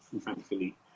thankfully